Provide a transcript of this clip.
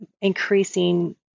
increasing